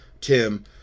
tim